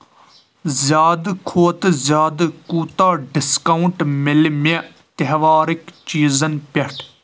زیادٕ کھۄتہٕ زیادٕ کوٗتاہ ڈسکاونٹ مِلہِ مےٚ تیٚہوارٕکۍ چیٖزن پٮ۪ٹھ